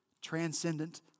transcendent